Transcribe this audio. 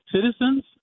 citizens